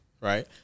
Right